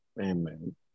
Amen